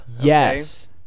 yes